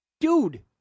Dude